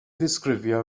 ddisgrifio